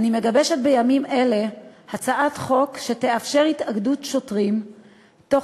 אני מגבשת בימים אלה הצעת חוק שתאפשר התאגדות שוטרים תוך